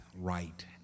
right